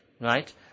Right